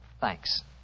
thanks